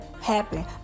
happen